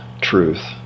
truth